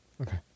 Okay